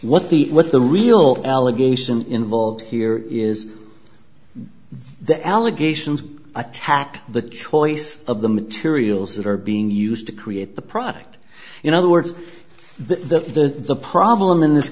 what the what the real allegation involved here is the allegations attack the choice of the materials that are being used to create the product in other words the the problem in this